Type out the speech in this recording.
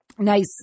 Nice